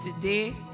today